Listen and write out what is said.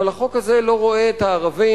אבל החוק הזה לא רואה את הערבים,